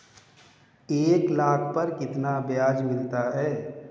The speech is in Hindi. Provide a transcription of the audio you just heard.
एक लाख पर कितना ब्याज मिलता है?